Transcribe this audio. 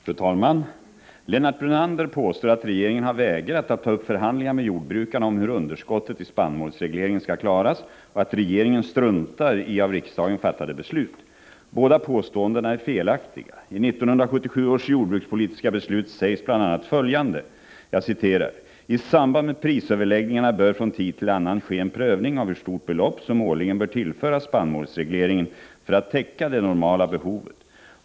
Fru talman! Lennart Brunander påstår att regeringen har vägrat att ta upp förhandlingar med jordbrukarna om hur underskottet i spannmålsregleringen skall klaras och att regeringen struntar i av riksdagen fattade beslut. Båda påståendena är felaktiga. I 1977 års jordbrukspolitiska beslut sägs bl.a. följande: ”I samband med prisöverläggningarna bör från tid till annan ske en prövning av hur stort belopp som årligen bör tillföras spannmålsregleringen för att täcka det normala behovet.